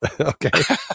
Okay